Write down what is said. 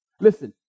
Listen